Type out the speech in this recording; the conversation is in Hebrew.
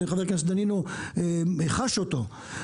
שחבר הכנסת דנינו חש אותו,